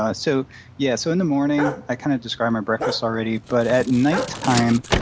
ah so yeah, so in the morning, i kind of described my breakfast already. but at nighttime,